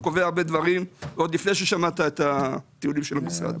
אתה קובע הרבה דברים עוד לפני ששמעת את הטיעונים של המשרד.